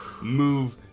move